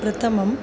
प्रथमम्